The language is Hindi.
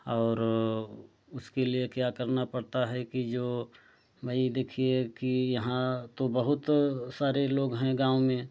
और उसके लिए क्या करना पड़ता है कि जो भाई देखिए कि यहाँ तो बहुत सारे लोग हैं गाँव में